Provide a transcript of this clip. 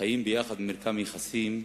חיים ביחד במרקם יחסים,